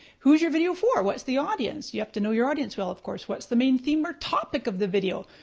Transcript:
who's your video for, what's the audience? you have to know your audience well of course. what's the main theme or topic of the video?